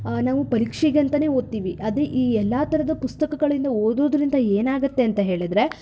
ನಾವು ಪರೀಕ್ಷೆಗಂತನೇ ಓದ್ತೀವಿ ಅದೇ ಈ ಎಲ್ಲ ತರಹದ ಪುಸ್ತಕಗಳಿಂದ ಓದೋದ್ರಿಂದ ಏನಾಗತ್ತೆ ಅಂತ ಹೇಳಿದರೆ